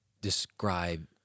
describe